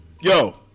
Yo